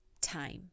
time